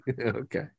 Okay